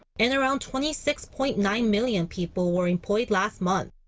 and around twenty six point nine million people were employed last month.